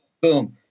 boom